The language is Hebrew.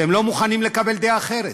אתם לא מוכנים לקבל דעה אחרת.